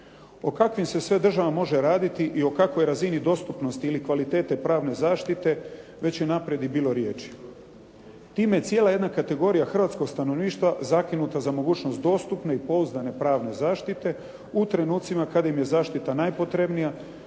O kakvim se sve državama može raditi i o kakvoj razini dostupnosti ili kvalitete pravne zaštite, već unaprijed je bilo riječi. Time cijela jedna kategorija hrvatskog stanovništva zakinuta je za mogućnost dostupne i pouzdane pravne zaštite u trenucima kada im je zaštita najpotrebnija,